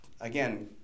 again